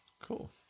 Cool